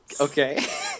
Okay